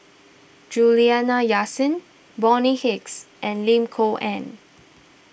Juliana Yasin Bonny Hicks and Lim Kok Ann